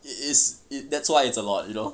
it is it that's why it's a lot you know